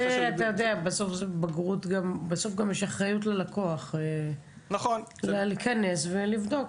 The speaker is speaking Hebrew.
--- בסוף גם ללקוח יש אחריות להיכנס ולבדוק.